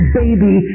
baby